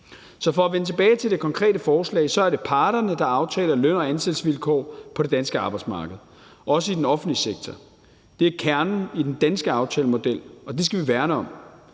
Så for at vende tilbage til det konkrete forslag er det parterne, der aftaler løn- og ansættelsesvilkår på det danske arbejdsmarked, også i den offentlige sektor. Det er kernen i den danske aftalemodel, og den skal vi værne om.